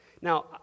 Now